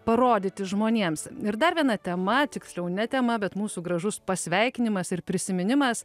parodyti žmonėms ir dar viena tema tiksliau ne tema bet mūsų gražus pasveikinimas ir prisiminimas